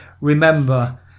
remember